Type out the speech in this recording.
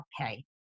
okay